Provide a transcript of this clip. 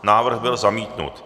Návrh byl zamítnut.